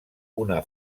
una